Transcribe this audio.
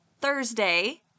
Thursday